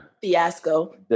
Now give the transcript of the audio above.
fiasco